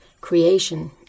creation